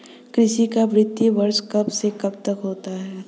कृषि का वित्तीय वर्ष कब से कब तक होता है?